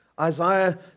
Isaiah